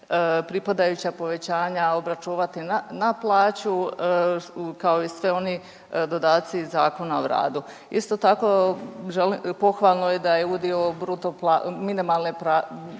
pripadajuća povećanja obračunati na plaću kao i sve oni dodaci iz Zakona o radu. Isto tako, pohvalno je da je udio bruto, minimalne bruto